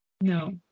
No